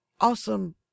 Awesome